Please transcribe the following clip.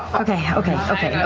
okay, okay, okay.